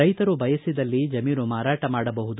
ರೈತರು ಬಯಸಿದಲ್ಲಿ ಜಮೀನು ಮಾರಾಟ ಮಾಡಬಹುದು